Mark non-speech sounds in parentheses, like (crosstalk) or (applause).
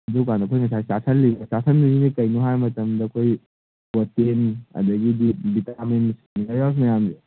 ꯑꯗꯨꯀꯥꯟꯗ ꯑꯩꯈꯣꯏ ꯉꯁꯥꯏ ꯆꯥꯁꯜꯂꯤꯕ (unintelligible) ꯀꯩꯅꯣ ꯍꯥꯏ ꯃꯇꯝꯗ ꯑꯩꯈꯣꯏ ꯄ꯭ꯔꯣꯇꯤꯟ ꯑꯗꯒꯤꯗꯤ ꯚꯤꯇꯥꯃꯤꯟ ꯃꯤꯅꯔꯦꯜꯁ ꯃꯌꯥꯝꯖꯦ